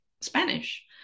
Spanish